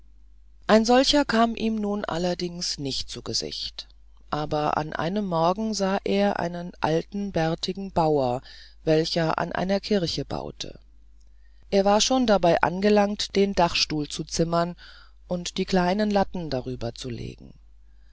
ein solcher kam ihm nun allerdings nicht zu gesicht aber an einem morgen sah er einen alten bärtigen bauer welcher an einer kirche baute er war schon dabei angelangt den dachstuhl zu zimmern und die kleinen latten darüberzulegen